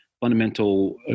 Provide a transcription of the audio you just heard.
fundamental